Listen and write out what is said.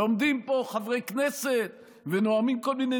ועומדים פה חברי כנסת ונואמים כל מיני